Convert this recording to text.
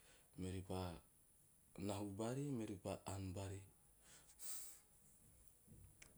Meori pa nahu baari meori pae aan baari.